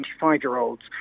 25-year-olds